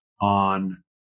on